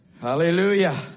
Hallelujah